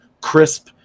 Crisp